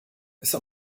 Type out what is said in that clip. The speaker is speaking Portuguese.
essa